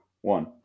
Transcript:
one